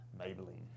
Maybelline